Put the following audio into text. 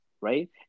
right